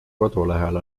kodulehel